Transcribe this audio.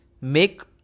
make